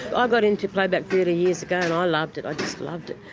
i got into playback theatre years ago and i loved it, i just loved it.